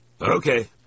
Okay